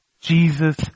Jesus